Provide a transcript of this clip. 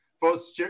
Folks